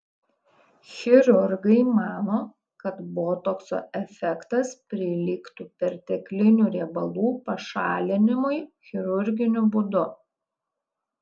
chirurgai mano kad botokso efektas prilygtų perteklinių riebalų pašalinimui chirurginiu būdu